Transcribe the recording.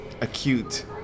acute